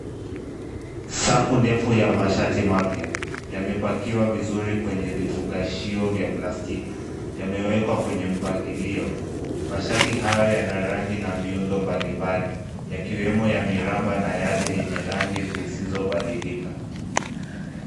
Safu ndefu ya mashati mapya, yamepakiwa vizuri kwenye vifungashio vya plastiki, yamewekwa kwenye mpangilio. Mashati haya yana rangi na miundo mbali mbali, yakiwemo ya miraba na yale yenye rangi zisizobadilika.